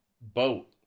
boat